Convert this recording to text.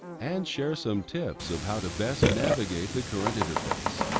and share some tips of how to best navigate the current interface.